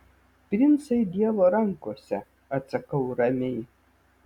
princai dievo rankose atsakau ramiai